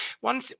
one